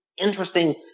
interesting